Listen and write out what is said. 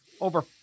over –